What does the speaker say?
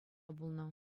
пулнӑ